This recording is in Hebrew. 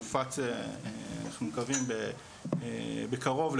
יופץ אנחנו מקווים בקרוב,